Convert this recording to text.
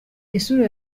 isura